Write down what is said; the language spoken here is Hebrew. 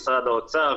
משרד האוצר,